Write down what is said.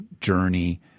journey